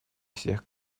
всех